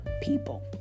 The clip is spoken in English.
people